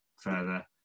further